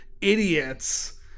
idiots